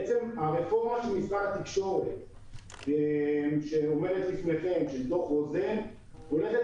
בעצם הרפורמה של משרד התקשורת שעומדת לפניכם של דוח רוזן הולכת